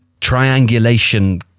triangulation